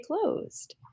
closed